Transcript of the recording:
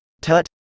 Tut